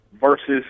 versus